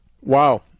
Wow